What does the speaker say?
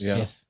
yes